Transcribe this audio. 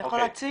אתה יכול להציג.